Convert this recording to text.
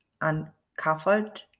uncovered